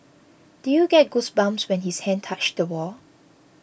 did you get goosebumps when his hand touched the wall